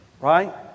right